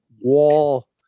Wall